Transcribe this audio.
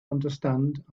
understand